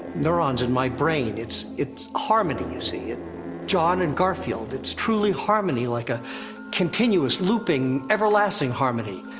neurons in my brain, it's. it's harmony, you see. and jon and garfield. it's truly harmony, like a continuous, looping, everlasting harmony.